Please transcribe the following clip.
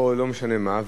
או לא משנה מה,